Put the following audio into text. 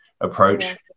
approach